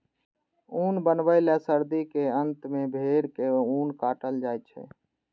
ऊन बनबै लए सर्दी के अंत मे भेड़क ऊन काटल जाइ छै